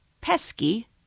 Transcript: pesky